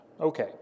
Okay